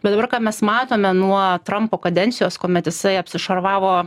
bet dabar ką mes matome nuo trumpo kadencijos kuomet jisai apsišarvavo